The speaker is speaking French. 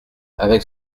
avec